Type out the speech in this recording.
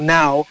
now